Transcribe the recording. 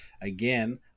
again